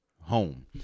home